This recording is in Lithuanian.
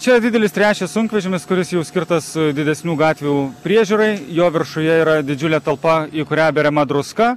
čia didelis trečias sunkvežimis kuris jau skirtas didesnių gatvių priežiūrai jo viršuje yra didžiulė talpa į kurią beriama druska